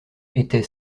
était